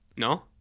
No